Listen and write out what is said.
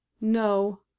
no